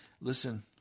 Listen